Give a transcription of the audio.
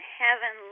heaven